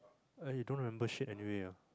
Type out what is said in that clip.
ah he don't remember shit anyway ah